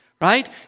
right